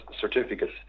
certificates